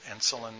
insulin